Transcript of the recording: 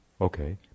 Okay